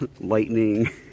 lightning